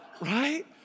Right